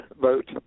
vote